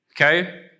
Okay